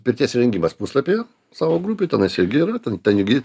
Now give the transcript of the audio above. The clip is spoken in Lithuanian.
pirties įrengimas puslapyje savo grupėj tenais irgi yra ten ten irgi